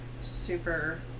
Super